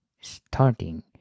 starting